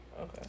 Okay